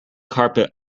carpet